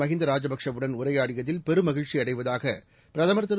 மஹிந்த ராஜபக்சே யுடன் உரையாடியதில் பெருமகிழ்ச்சி அடைவதாக பிரதமர் திரு